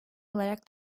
olarak